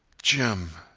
jim